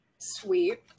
Sweet